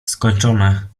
skończone